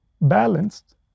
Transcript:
balanced